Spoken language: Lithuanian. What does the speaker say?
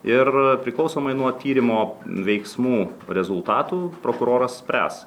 ir priklausomai nuo tyrimo veiksmų rezultatų prokuroras spręs